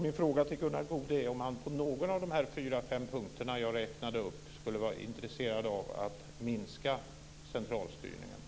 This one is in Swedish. Min fråga till Gunnar Goude är om han på någon av de fyra fem punkter jag räknade upp skulle vara intresserad av att minska centralstyrningen.